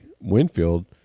Winfield